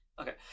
Okay